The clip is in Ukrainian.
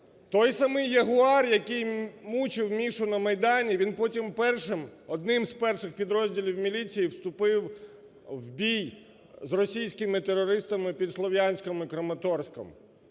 той самий "Ягуар", який мучив Мішу на Майдані він потів першим, одним із перших, підрозділів міліції вступив в бій з російськими терористами під Слов'янськом і Краматорськом.